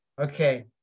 Okay